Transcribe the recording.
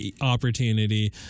opportunity